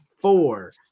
four